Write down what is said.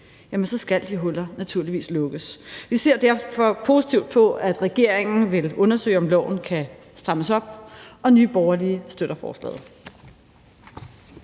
skal de huller naturligvis lukkes. Vi ser derfor positivt på, at regeringen vil undersøge, om loven kan strammes op, og Nye Borgerlige støtter forslaget.